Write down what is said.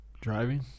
Driving